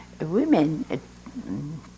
women